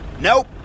Nope